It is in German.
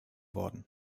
worden